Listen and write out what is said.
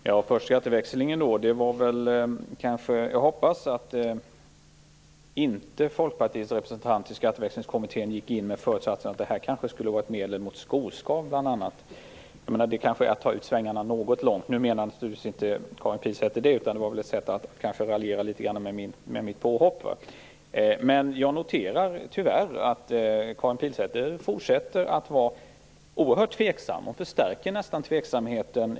Herr talman! Först till skatteväxlingen. Jag hoppas att Folkpartiets representant i Skatteväxlingskommittén inte gick in med föresatsen at skatteväxling bl.a. skulle vara ett medel mot skoskav. Det kanske är att ta ut svängarna litet väl mycket. Nu menar naturligtvis inte Karin Pilsäter det. Det var väl kanske litet grand ett sätt att raljera med mitt påhopp. Jag noterar tyvärr att Karin Pilsäter fortsätter att vara oerhört tveksam. Hon förstärker nästan tveksamheten.